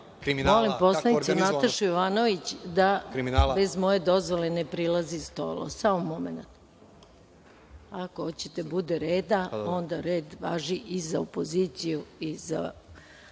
Molim poslanicu Natašu Jovanović da bez moje dozvole ne prilazi stolu. Samo momenat. Ako hoćete da bude reda, onda red važi i za opoziciju i za